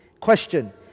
Question